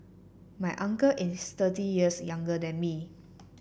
my uncle is thirty years younger than me